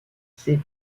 ses